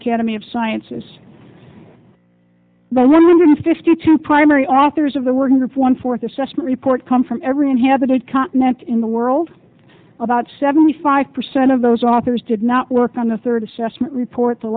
academy of sciences but one hundred fifty two primary authors of the working group one fourth assessment report come from every inhabited continent in the world about seventy five percent of those authors did not work on the third assessment report the